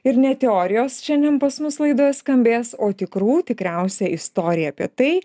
ir ne teorijos šiandien pas mus laidoje skambės o tikrų tikriausia istorija apie tai